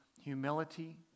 humility